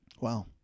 Wow